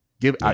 give